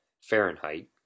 Fahrenheit